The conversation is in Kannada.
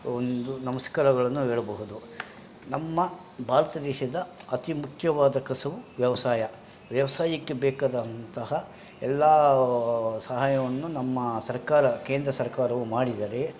ಒಂದು ನಮಸ್ಕಾರಗಳನ್ನು ನಾವು ಹೇಳ್ಬಹುದು ನಮ್ಮ ಭಾರತ ದೇಶದ ಅತಿಮುಖ್ಯವಾದ ಕಸುಬು ವ್ಯವಸಾಯ ವ್ಯವಸಾಯಕ್ಕೆ ಬೇಕಾದಂತಹ ಎಲ್ಲಾ ಸಹಾಯವನ್ನು ನಮ್ಮ ಸರ್ಕಾರ ಕೇಂದ್ರ ಸರ್ಕಾರವು ಮಾಡಿದಾರೆ